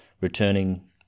returning